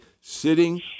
sitting